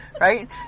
right